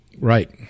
Right